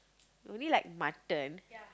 you only like mutton